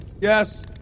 Yes